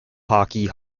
hockey